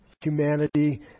humanity